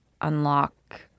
unlock